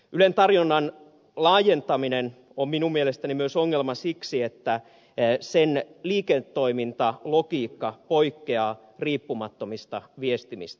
ylen tarjonnan laajentaminen on minun mielestäni ongelma myös siksi että sen liiketoimintalogiikka poikkeaa riippumattomista viestimistä